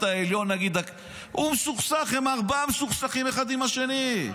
העליון מסוכסך, הם ארבעה שמסוכסכים אחד עם השני.